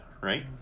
right